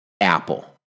Apple